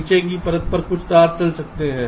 नीचे की परत पर कुछ तार चल सकते हैं